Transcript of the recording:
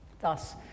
thus